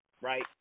right